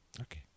Okay